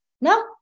No